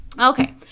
Okay